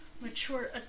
mature